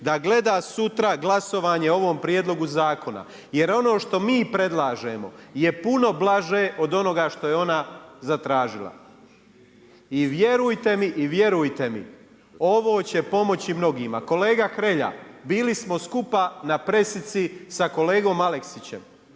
da gleda sutra glasovanje o ovom prijedlogu zakona jer ono što mi predlažemo je puno blaže od onoga što je ona zatražila. I vjerujte mi, ovo će pomoči mnogima. Kolega Hrelja, bili smo skupa na presici sa kolegom Aleksićem,